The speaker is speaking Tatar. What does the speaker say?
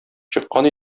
чыккан